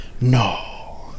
no